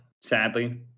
sadly